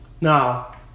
Now